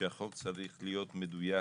שהחוק צריך להיות מדויק